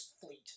fleet